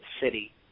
city